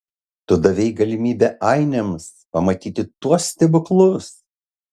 tu davei galimybę ainiams pamatyti tuos stebuklus